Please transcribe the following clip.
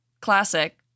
classic